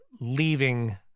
leaving